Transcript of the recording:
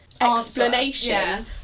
explanation